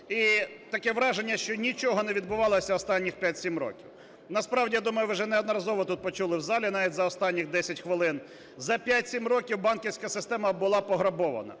І таке враження, що нічого не відбувалося останні 5-7 років. Насправді, я думаю, ви вже неодноразово тут почули в залі, навіть за останніх 10 хвилин, за 5-7 років банківська система була пограбована.